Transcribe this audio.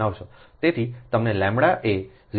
તેથી તમનેʎએ 0